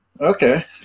Okay